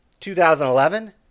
2011